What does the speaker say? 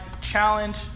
challenge